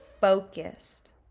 focused